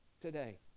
today